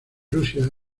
rusia